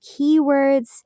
keywords